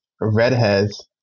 redheads